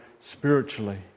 spiritually